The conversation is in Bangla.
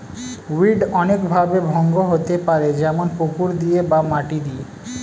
উইড অনেক ভাবে ভঙ্গ হতে পারে যেমন পুকুর দিয়ে বা মাটি দিয়ে